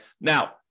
Now